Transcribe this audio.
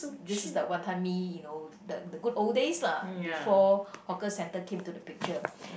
this is the Wanton-Mee you know the the good old days lah before hawker centre came to the picture